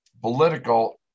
political